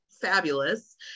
Fabulous